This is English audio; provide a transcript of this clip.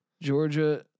Georgia